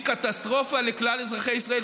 היא קטסטרופה לכלל אזרחי ישראל,